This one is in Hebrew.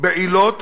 בעילות